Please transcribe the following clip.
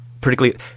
Particularly –